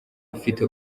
ufite